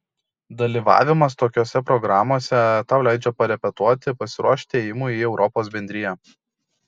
dalyvavimas tokiose programose tau leidžia parepetuoti pasiruošti ėjimui į europos bendriją